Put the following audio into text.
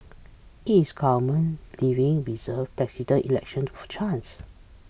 is government leaving 'reserved' Presidential Election to chance